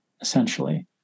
essentially